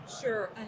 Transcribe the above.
sure